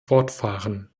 fortfahren